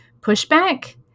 pushback